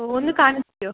ഒന്ന് കാണിച്ചു തരുമോ അ ആണോ